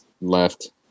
left